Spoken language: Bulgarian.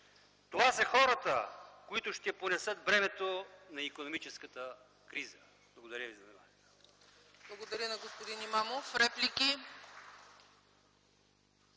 това са хората, които ще понесат бремето на икономическата криза. Благодаря ви за